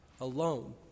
alone